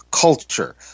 culture